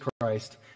Christ